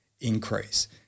increase